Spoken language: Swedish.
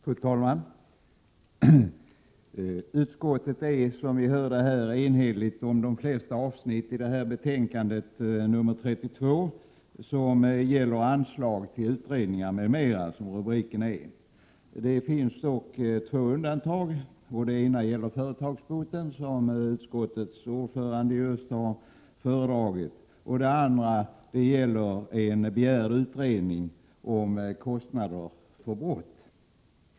Fru talman! Utskottet är, som vi nyss hörde, enhälligt när det gäller de flesta avsnitt i betänkande nr 32, som gäller anslag till utredningar m.m., som rubriken lyder. Det finns dock två undantag. Det ena gäller företagsboten, som utskottets ordförande just har redogjort för, och det andra gäller en begärd utredning om kostnader för brott.